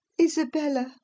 Isabella